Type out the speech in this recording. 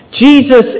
Jesus